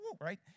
right